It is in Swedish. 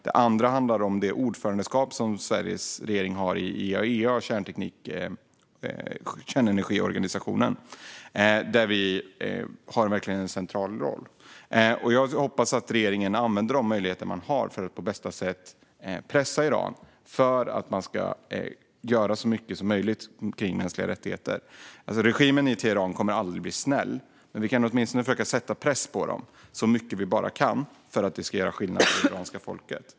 Det andra handlar om Sveriges ordförandeskap i IAEA, kärnenergiorganisationen, där vi verkligen har en central roll. Jag hoppas att regeringen använder de möjligheter den har för att på bästa sätt pressa Iran att göra så mycket som möjligt kring mänskliga rättigheter. Regimen i Teheran kommer aldrig att bli snäll, men vi kan åtminstone försöka sätta så mycket press på den vi bara kan för att göra skillnad för det iranska folket.